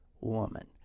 woman